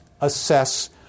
assess